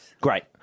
Great